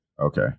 Okay